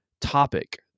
topic